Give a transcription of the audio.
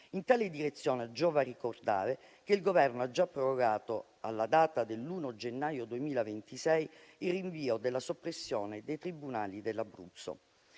In tale direzione giova ricordare che il Governo ha già prorogato, alla data del 1° gennaio 2026, il rinvio della soppressione dei tribunali dell'Abruzzo.